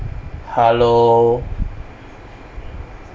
hello